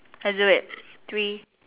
has a wait three